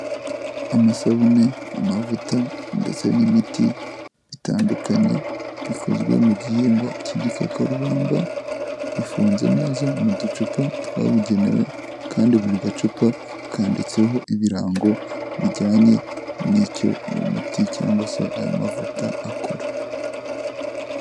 Amasabune, amavuta ndetse n'imiti bitandukanye bikozwe mu gihingwa cy'igikakarubamba, bifunze neza mu ducupa twabugenewe kandi buri gacupa kanditseho ibirango bijyanye n'icyo uwo muti cyangwa se ayo mavuta akora.